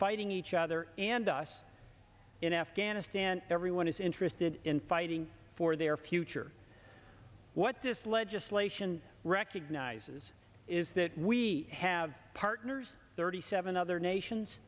fighting each other and us in afghanistan everyone is interested in fighting for their future what this legislation recognizes is that we have partners thirty seven other nations